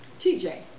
TJ